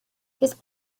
his